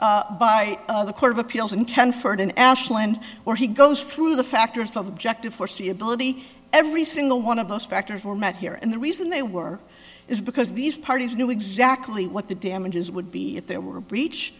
by the court of appeals and canford in ashland where he goes through the factors of objective foreseeability every single one of those factors were met here and the reason they were is because these parties knew exactly what the damages would be if there were a breach